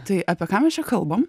tai apie ką mes čia kalbam